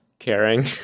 Caring